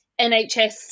nhs